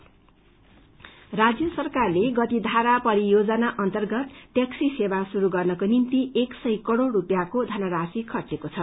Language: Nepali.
गतिधारा राज्य सरकारले गतिधारा परियोजना अर्न्तगत टैक्सी सेवा शुरू गर्नको निम्त एक सय करोड़ रूपियाँको धनराशि खर्चेको छ